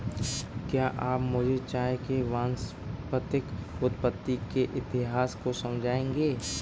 क्या आप मुझे चाय के वानस्पतिक उत्पत्ति के इतिहास को समझाएंगे?